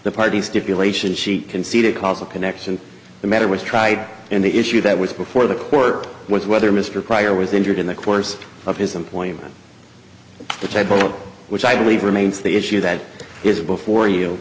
the party stipulation she conceded causal connection the matter was tried and the issue that was before the court was whether mr pryor was injured in the course of his employment the table which i believe remains the issue that is before you